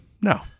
no